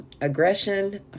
aggression